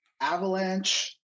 Avalanche